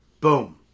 Boom